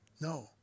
No